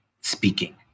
speaking